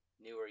newer